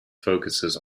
focuses